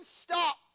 stop